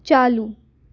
चालू